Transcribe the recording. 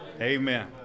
Amen